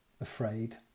afraid